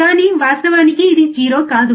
కానీ వాస్తవానికి ఇది 0 కాదు